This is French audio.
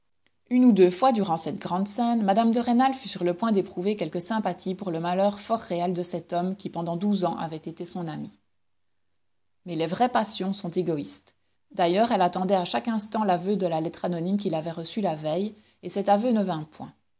une ou deux fois durant cette grande scène mme de rênal fut sur le point d'éprouver quelque sympathie pour le malheur fort réel de cet homme qui pendant douze ans avait été son ami mais les vraies passions sont égoïstes d'ailleurs elle attendait à chaque instant l'aveu de la lettre anonyme qu'il avait reçue la veille et cet aveu ne vint point